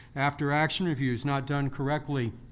after action reviews not done correctly.